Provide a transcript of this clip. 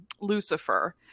Lucifer